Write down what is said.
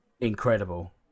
incredible